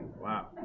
Wow